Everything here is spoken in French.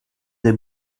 des